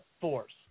Force